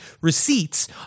receipts